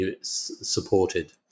supported